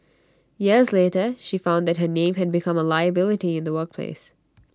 years later she found that her name had become A liability in the workplace